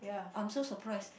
I'm so surprised